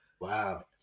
Wow